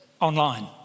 online